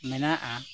ᱢᱮᱱᱟᱜᱼᱟ